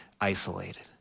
isolated